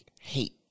hate